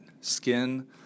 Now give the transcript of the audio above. skin